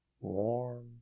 warm